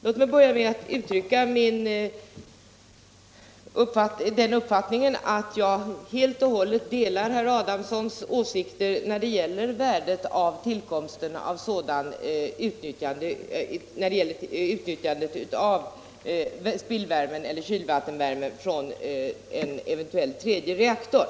Låt mig nu förklara att jag helt och hållet delar herr Adamssons åsikter när det gäller utnyttjandet av spillvärme eller kylvattenvärme från en eventuell tredje reaktor.